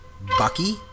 Bucky